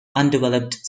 undeveloped